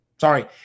Sorry